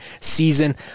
season